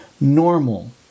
normal